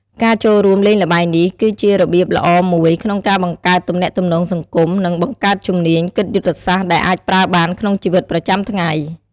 ការចូលរួមលេងល្បែងនេះគឺជារបៀបល្អមួយក្នុងការបង្កើតទំនាក់ទំនងសង្គម និងបង្កើតជំនាញគិតយុទ្ធសាស្ត្រដែលអាចប្រើបានក្នុងជីវិតប្រចាំថ្ងៃ។